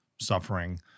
suffering